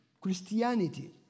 Christianity